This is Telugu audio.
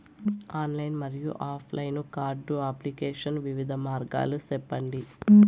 ఆన్లైన్ మరియు ఆఫ్ లైను కార్డు అప్లికేషన్ వివిధ మార్గాలు సెప్పండి?